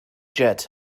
jet